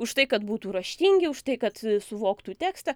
už tai kad būtų raštingi už tai kad suvoktų tekstą